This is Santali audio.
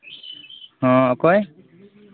ᱦᱮᱸ ᱚᱠᱚᱭ